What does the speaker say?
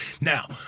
now